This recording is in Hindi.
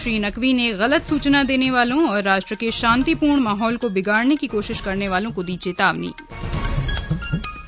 श्री नकवी ने गलत सूचना देने वालों और राष्ट्र के शांतिपूर्ण माहौल को बिगाडने की कोशिश करने वालों को चेतावनी दी